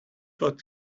what